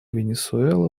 венесуэла